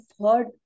heard